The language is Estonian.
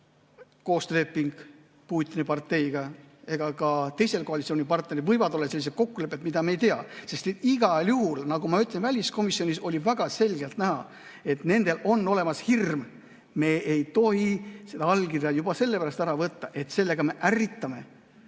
koostööleping Putini parteiga, siis ka teisel koalitsioonipartneril võivad olla sellised kokkulepped, mida me ei tea. Igal juhul, nagu ma ütlesin, väliskomisjonis oli väga selgelt näha, et nendel on hirm: me ei tohi seda allkirja juba sellepärast ära võtta, et sellega me ärritame.